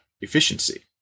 efficiency